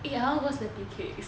eh I want go slappy cakes